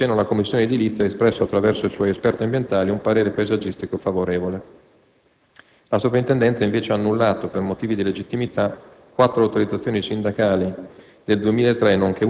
II relativo progetto è stato autorizzato dal Comune che, in seno alla Commissione edilizia, ha espresso attraverso i suoi esperti ambientali un parere paesaggistico favorevole. La Soprintendenza invece ha annullato, per motivi di legittimità,